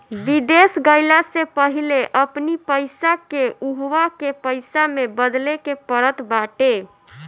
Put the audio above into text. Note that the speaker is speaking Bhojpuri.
विदेश गईला से पहिले अपनी पईसा के उहवा के पईसा में बदले के पड़त बाटे